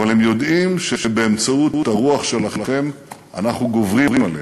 אבל הם יודעים שבאמצעות הרוח שלכם אנחנו גוברים עליהם.